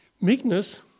Meekness